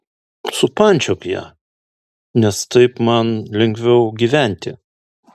supančiok ją nes taip man lengviau gyventi